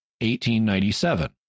1897